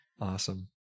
Awesome